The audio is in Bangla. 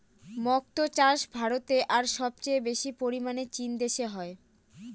মক্তো চাষ ভারতে আর সবচেয়ে বেশি পরিমানে চীন দেশে হয়